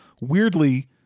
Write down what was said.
weirdly